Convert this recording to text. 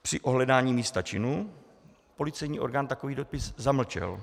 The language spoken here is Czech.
Při ohledání místa činu policejní orgán takový dopis zamlčel.